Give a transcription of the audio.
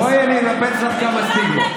בואי, אני אנפץ לך כמה סטיגמות.